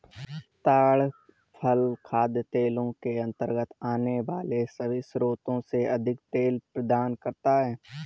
ताड़ फल खाद्य तेलों के अंतर्गत आने वाले सभी स्रोतों से अधिक तेल प्रदान करता है